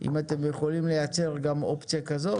אם אתם יכולים לייצר גם אופציה כזאת.